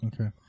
okay